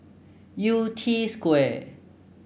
Yew Tee Square